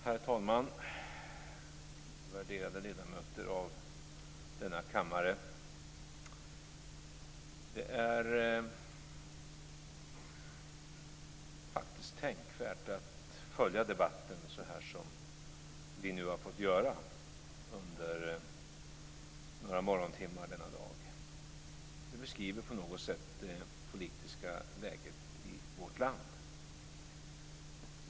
Herr talman! Värderade ledamöter av denna kammare! Det är faktiskt tänkvärt att följa debatten så som vi har fått göra under några morgontimmar denna dag. Det beskriver på något sätt det politiska läget i vårt land.